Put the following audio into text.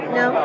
no